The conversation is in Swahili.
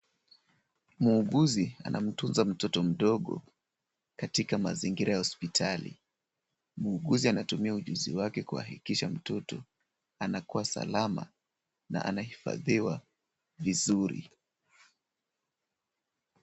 Muuguzi anamtunza mtoto mdogo katika mazingira ya hospitali. Muuguzi anatumia ujuzi wake kwa hakikisha mtoto anakuwa salama na anahifadhiwa vizuri.